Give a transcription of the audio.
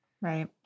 Right